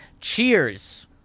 cheers